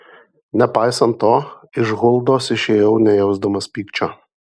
nepaisant to iš huldos išėjau nejausdamas pykčio